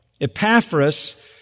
Epaphras